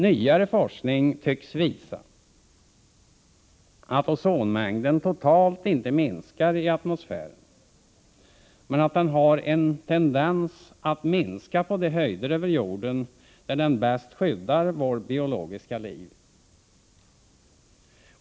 Nyare forskning tycks visa att ozonmängden totalt inte minskar i atmosfären, men att den har en tendens att minska på de höjder över jorden där den bäst skyddar vårt biologiska liv.